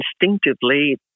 instinctively